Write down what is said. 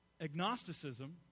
agnosticism